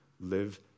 Live